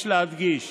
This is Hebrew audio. יש להדגיש